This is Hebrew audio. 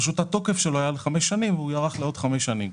התוקף שלו היה לחמש שנים והוא יוארך לעוד חמש שנים.